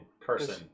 person